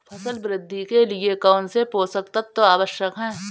फसल वृद्धि के लिए कौनसे पोषक तत्व आवश्यक हैं?